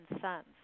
sons